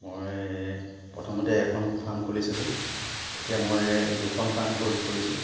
মই প্ৰথমতে এখন ফাৰ্ম খুলিছিলোঁ এতিয়া মই দুখন ফাৰ্ম খুলিছোঁ